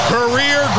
Career